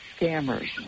Scammers